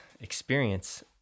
experience